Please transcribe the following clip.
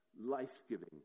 life-giving